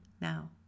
now